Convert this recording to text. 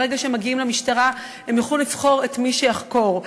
ברגע שהם מגיעים למשטרה הם יוכלו לבחור את מין החוקר שיחקור אותם.